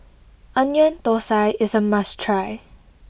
Onion Thosai is a must try